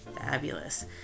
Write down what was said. fabulous